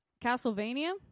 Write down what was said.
Castlevania